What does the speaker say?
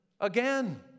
again